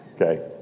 Okay